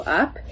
up